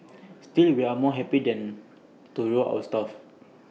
still we are more happy than to reward our staff